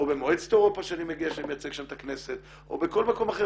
במועצת אירופה שאני מגיע שאני מייצג שם את הכנסת או בכל מקום אחר.